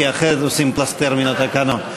כי אחרת עושים פלסתר את התקנון.